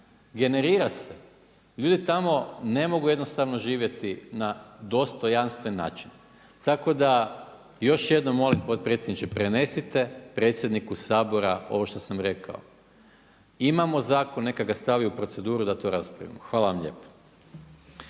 generira se. Ljudi tamo ne mogu jednostavno živjeti na dostojanstven način. Tako da još jednom molim potpredsjedniče prenesite predsjedniku Sabora ovo što sam rekao. Imamo zakon, neka ga stavi u proceduru da to raspravimo. Hvala vam lijepo.